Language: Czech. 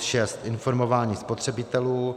6. informování spotřebitelů;